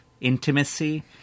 intimacy